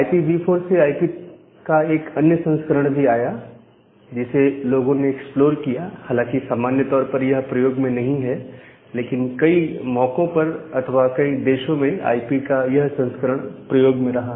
IPv4 से IP का एक अन्य संस्करण भी आया जिसे लोगों ने एक्सप्लोर किया हालांकि सामान्य तौर पर यह प्रयोग में नहीं है लेकिन कई मौकों पर अथवा कई देशों में आई पी का यह संस्करण प्रयोग में रहा